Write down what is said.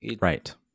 right